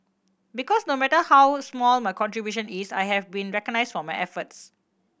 because no matter how small my contribution is I have been recognised for my efforts